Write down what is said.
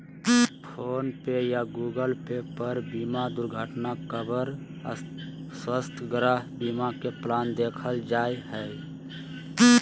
phone पे या Google Pay पर बीमा दुर्घटना कवर, स्वास्थ्य, गृह बीमा के प्लान देखल जा हय